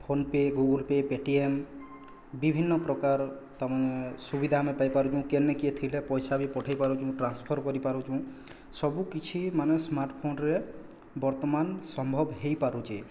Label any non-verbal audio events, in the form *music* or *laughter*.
PhonePe Google pay Paytm ବିଭିନ୍ନ ପ୍ରକାର *unintelligible* ସୁବିଧା ଆମେ ପାଇପାରୁନୁ କେନେ କିଏ ଥିଲେ ପଇସା ବି ପଠାଇ ପାରୁଛୁ ଟ୍ରାନ୍ସଫର୍ କରିପାରୁଛୁ ସବୁକିଛି ମାନେ ସ୍ମାର୍ଟଫୋନ୍ରେ ବର୍ତ୍ତମାନ ସମ୍ଭବ ହେଇପାରୁଛି